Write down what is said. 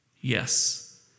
Yes